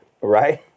Right